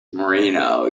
marino